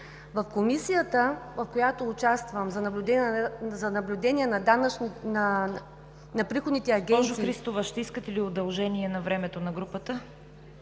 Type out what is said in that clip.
В Комисията, в която участвам за наблюдение на приходните агенции…